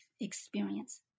experience